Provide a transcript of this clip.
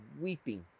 weeping